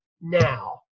now